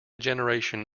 generation